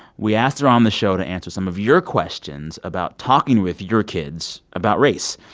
we asked her on the show to answer some of your questions about talking with your kids about race.